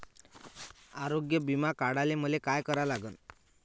आरोग्य बिमा काढासाठी मले काय करा लागन?